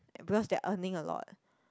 because they are earning a lot